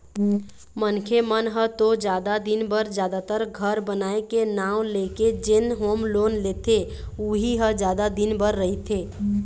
मनखे मन ह तो जादा दिन बर जादातर घर बनाए के नांव लेके जेन होम लोन लेथे उही ह जादा दिन बर रहिथे